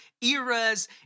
eras